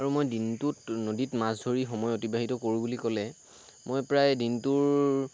আৰু মই দিনটোত নদীত মাছ ধৰি সময় অতিবাহিত কৰোঁ বুলি ক'লে মই প্ৰায় দিনটোৰ